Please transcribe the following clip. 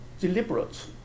deliberate